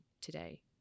today